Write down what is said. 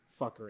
fuckery